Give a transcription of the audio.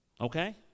Okay